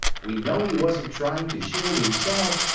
we know he wasn't trying to shield himself,